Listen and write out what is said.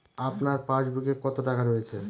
আপনার পাসবুকে কত টাকা রয়েছে?